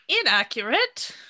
Inaccurate